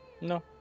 No